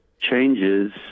changes